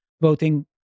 voting